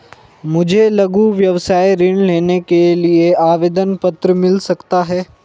मुझे लघु व्यवसाय ऋण लेने के लिए आवेदन पत्र मिल सकता है?